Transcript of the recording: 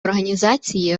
організації